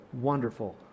wonderful